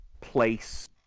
place